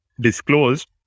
disclosed